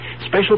Special